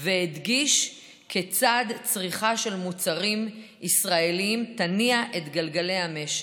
והדגיש כיצד צריכה של מוצרים ישראליים תניע את גלגלי המשק,